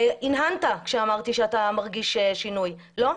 הנהנת כשאמרתי שאתה מרגיש שינוי, לא?